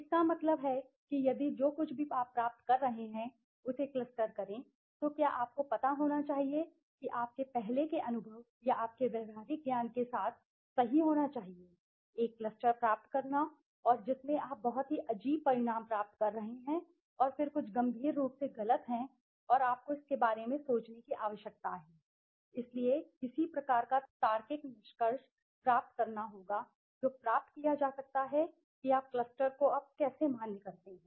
इसका मतलब है कि यदि जो कुछ भी आप प्राप्त कर रहे हैं उसे क्लस्टर करें तो क्या आपको पता होना चाहिए कि आपके पहले के अनुभव या आपके व्यावहारिक ज्ञान के साथ सही होना चाहिए एक क्लस्टर प्राप्त करना और जिसमें आप बहुत ही अजीब परिणाम प्राप्त कर रहे हैं और फिर कुछ गंभीर रूप से गलत है और आपको इसके बारे में सोचने की आवश्यकता है इसलिए किसी प्रकार का तार्किक निष्कर्ष प्राप्त करना होगा जो प्राप्त किया जा सकता है कि आप क्लस्टर को अब कैसे मान्य करते हैं